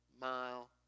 mile